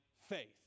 faith